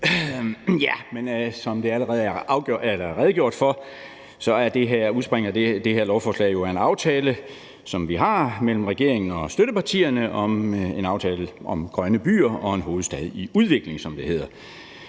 med det. Som der allerede er blevet redegjort for, udspringer det her lovforslag jo af en aftale, som vi har mellem regeringen og støttepartierne, om grønne byer og en hovedstad i udvikling, som det hedder.